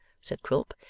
said quilp,